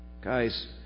Guys